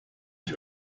ich